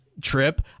trip